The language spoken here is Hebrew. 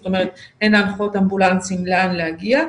זאת אומרת הן להנחות אמבולנסים לאן להגיע,